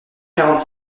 quarante